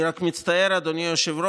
אני רק מצטער, אדוני היושב-ראש,